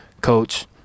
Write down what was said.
coach